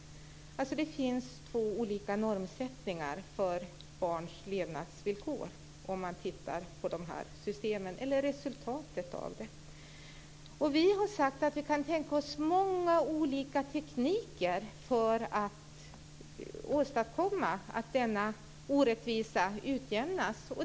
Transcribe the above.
Man ser alltså att det finns två olika normsättningar för barns levnadsvillkor om man tittar på resultatet av det här systemet. Vi har sagt att vi kan tänka oss många olika tekniker för att åstadkomma att denna orättvisa utjämnas.